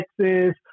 Texas